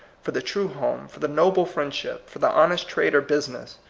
for the true home, for the noble friendship, for the honest trade or business,